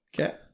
Okay